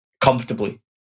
comfortably